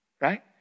right